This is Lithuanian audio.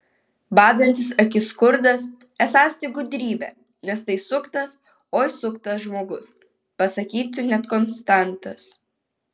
badantis akis skurdas esąs tik gudrybė nes tai suktas oi suktas žmogus pasakytų net konstantas